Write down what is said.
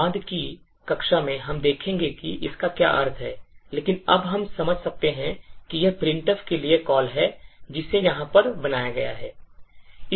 बाद की कक्षा में हम देखेंगे कि इसका क्या अर्थ है लेकिन अब हम समझ सकते हैं कि यह printf के लिए कॉल है जिसे यहाँ पर बनाया गया है